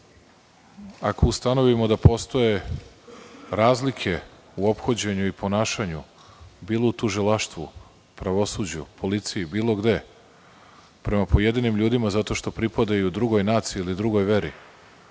ako ustanovimo da postoje razlike u ophođenju i ponašanju, bilo u tužilaštvu, pravosuđu, bilo gde, prema pojedinim ljudima zato što pripadaju drugoj naciji ili drugoj veri,